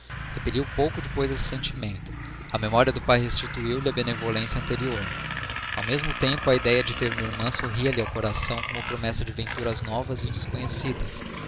repeliu pouco depois esse sentimento a memória do pai restituiu lhe a benevolência anterior ao mesmo tempo a idéia de ter uma irmã sorria lhe ao coração como promessa de venturas novas e desconhecidas